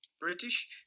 British